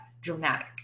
dramatic